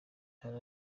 hari